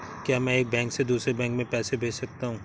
क्या मैं एक बैंक से दूसरे बैंक में पैसे भेज सकता हूँ?